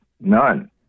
none